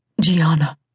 Gianna